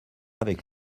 avec